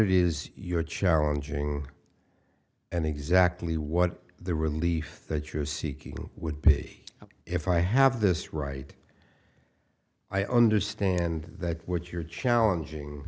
it is you're challenging and exactly what the relief that you're seeking would be if i have this right i understand that what you're challenging